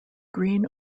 green